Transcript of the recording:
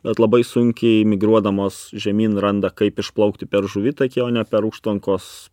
bet labai sunkiai migruodamos žemyn randa kaip išplaukti per žuvitakį o ne per užtvankos